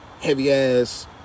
heavy-ass